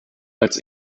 als